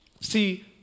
See